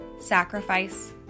sacrifice